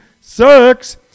sucks